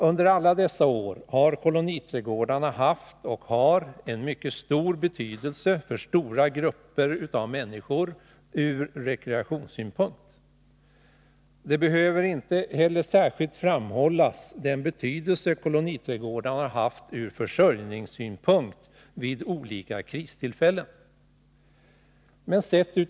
Under alla dessa år har koloniträdgårdarna haft — och har fortfarande — en mycket stor betydelse ur rekreationssynpunkt för stora grupper av människor. Jag 73 behöver inte särskilt erinra om den betydelse som koloniträdgårdarna har haft ur försörjningssynpunkt vid olika kristillfällen.